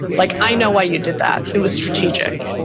like, i know why you did that. it was strategic.